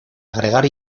agregar